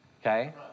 okay